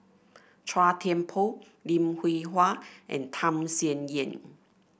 Chua Thian Poh Lim Hwee Hua and Tham Sien Yen